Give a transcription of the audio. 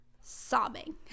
sobbing